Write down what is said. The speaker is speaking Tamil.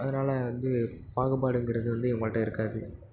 அதனால வந்து பாகுபாடுங்கிறது வந்து இவங்கள்கிட்ட இருக்காது